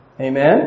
Amen